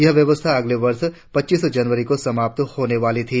यह व्यवस्था अगले वर्ष पच्चीस जनवरी को समाप्त होने वाली थी